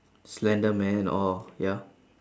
slender man oh ya